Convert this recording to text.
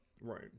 Right